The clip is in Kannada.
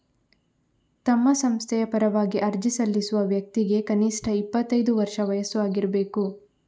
ತಮ್ಮ ಸಂಸ್ಥೆಯ ಪರವಾಗಿ ಅರ್ಜಿ ಸಲ್ಲಿಸುವ ವ್ಯಕ್ತಿಗೆ ಕನಿಷ್ಠ ಇಪ್ಪತ್ತೈದು ವರ್ಷ ವಯಸ್ಸು ಆಗಿರ್ಬೇಕು